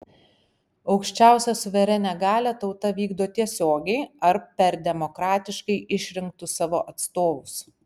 aukščiausią suverenią galią tauta vykdo tiesiogiai ar per demokratiškai išrinktus savo atstovus